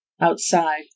outside